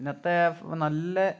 ഇന്നത്തെ നല്ല